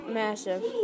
massive